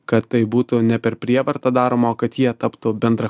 kad tai būtų ne per prievartą daroma o kad jie taptų bendra